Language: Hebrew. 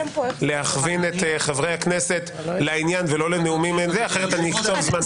להכווין את חברי הכנסת לעניין ולא לנאומים כי אחרת אני אקצוב זמן.